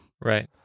right